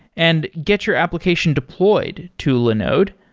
and get your application deployed to linode.